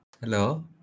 Hello